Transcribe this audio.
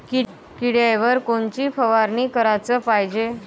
किड्याइवर कोनची फवारनी कराच पायजे?